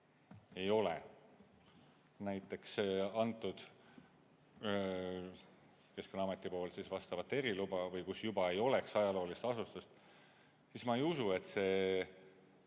ei ole antud Keskkonnaameti poolt vastavat eriluba või kus juba ei ole ajaloolist asustust, siis ma ei usu, et see